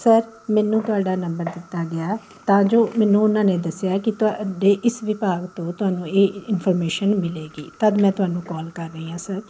sir ਮੈਨੂੰ ਤੁਹਾਡਾ number ਦਿੱਤਾ ਗਿਆ ਹੈ ਤਾਂ ਜੋ ਮੈਨੂੰ ਉਨ੍ਹਾਂ ਦੱਸਿਆ ਕਿ ਤੁਹਾਡੇ ਇਸ ਵਿਭਾਗ ਤੋਂ ਤੁਹਾਨੂੰ ਇਹ ਇਨਫੋਰਮੇਸ਼ਨ ਮਿਲੇਗੀ ਤਦ ਮੈਂ ਤੁਹਾਨੂੰ ਕੌਲ ਕਰ ਰਹੀ ਹਾਂ ਸਰ